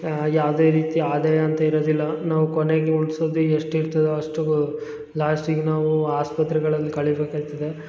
ಯಾವುದೇ ರೀತಿ ಆದಾಯ ಅಂತ ಇರೊದಿಲ್ಲ ನಾವು ಕೊನೆಗೆ ಉಳ್ಸೋದು ಎಷ್ಟು ಇರ್ತದೋ ಅಷ್ಟುಗು ಲಾಶ್ಟಿಗೆ ನಾವು ಆಸ್ಪತ್ರೆಗಳಲ್ಲಿ ಕಳಿಬೇಕಾಯ್ತದೆ